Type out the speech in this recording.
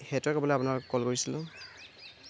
সেইটোৱে ক'বলৈ আপোনালে কল কৰিছিলোঁ